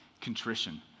contrition